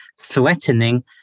threatening